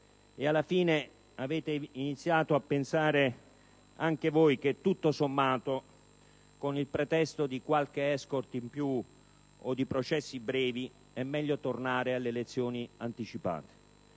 Alla fine avete iniziato a pensare anche voi che tutto sommato, con il pretesto di qualche *escort* in più o di processi brevi, è meglio tornare alle elezioni anticipate.